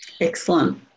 Excellent